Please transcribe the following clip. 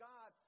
God